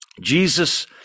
Jesus